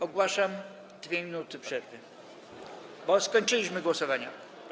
Ogłaszam 2 minuty przerwy, bo skończyliśmy głosowania.